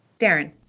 Darren